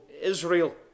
Israel